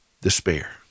despair